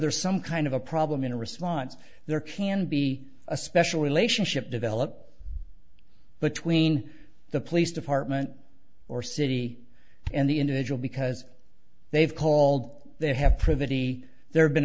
is some kind of a problem in a response there can be a special relationship develop between the police department or city and the individual because they've called they have privity there have been